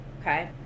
Okay